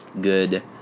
good